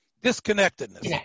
Disconnectedness